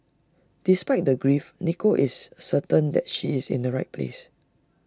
despite the grief Nicole is certain that she is in the right place